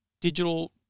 digital